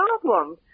problem